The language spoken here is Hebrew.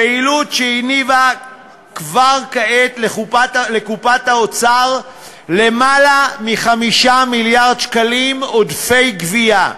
פעילות שהניבה כבר כעת לקופת האוצר יותר מ-5 מיליארד שקלים עודפי גבייה,